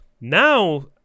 now